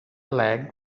leg